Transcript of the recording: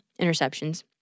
interceptions